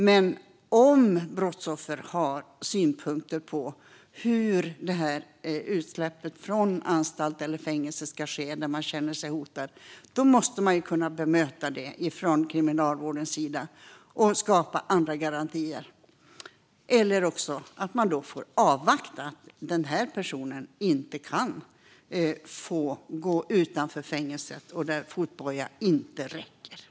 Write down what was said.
Men om brottsoffer har synpunkter på hur utsläppet från anstalt eller fängelse ska ske när man känner sig hotad måste detta kunna bemötas från Kriminalvårdens sida så att andra garantier skapas. Eller också får Kriminalvården avvakta - den här personen kan inte få gå utanför fängelset, och fotboja räcker inte.